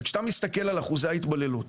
וכשאתה מסתכל על אחוזי ההתבוללות,